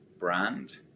brand